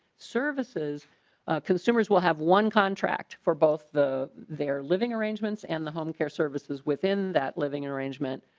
services consumers will have one contract for both the their living arrangements and the home care services within that living arrangement.